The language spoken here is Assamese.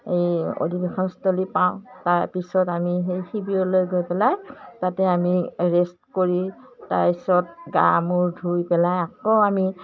এই অধিবেশনস্থলী পাওঁ তাৰ পিছত আমি সেই শিবিৰলৈ গৈ পেলাই তাতে আমি ৰেষ্ট কৰি তাৰ পিছত গা মূৰ ধুই পেলাই আকৌ আমি